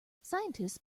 scientists